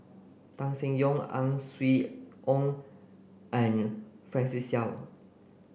Tan Seng Yong Ang Swee Wun and Francis Seow